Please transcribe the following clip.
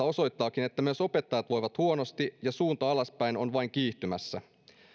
osoittaakin että myös opettajat voivat huonosti ja suunta alaspäin on vain kiihtymässä